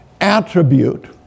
attribute